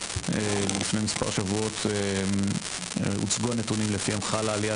לפני מספר שבועות הוצגו הנתונים לפיהם חלה עלייה